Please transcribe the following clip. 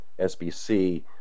SBC